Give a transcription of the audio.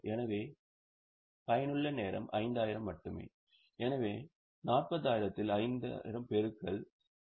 எனவே பயனுள்ள நேரம் 5000 மட்டுமே எனவே 40000 இல் 5000 பெருக்கல் 490000